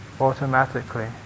automatically